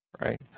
right